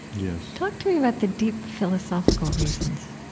yes talk to me about the deep philosophical reasons